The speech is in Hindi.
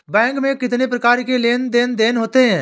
बैंक में कितनी प्रकार के लेन देन देन होते हैं?